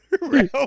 real